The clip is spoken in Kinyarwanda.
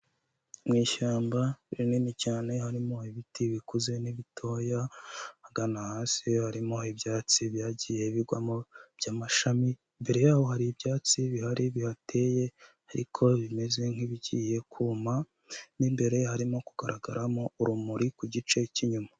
Mu ishyamba rinini cyane harimo ibiti bikuze n'ibitoya, hagana hasi harimo ibyatsi byagiye bigwamo by'amashami, imbere yaho hari ibyatsi bihari bihateye ariko bimeze nk'ibigiye kuma, mu imbere harimo kugaragaramo urumuri ku gice cy'inyuma.